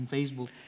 Facebook